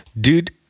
dude